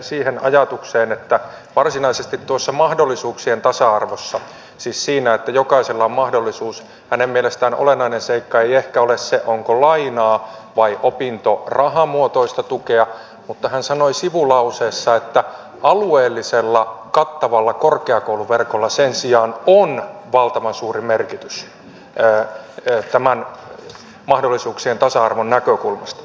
siihen ajatukseen että varsinaisesti tuossa mahdollisuuksien tasa arvossa siis siinä että jokaisella on mahdollisuus hänen mielestään olennainen seikka ei ehkä ole se onko lainaa vai opintorahamuotoista tukea mutta sanoi sivulauseessa että alueellisella kattavalla korkeakouluverkolla sen sijaan on valtavan suuri merkitys tämän mahdollisuuksien tasa arvon näkökulmasta